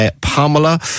Pamela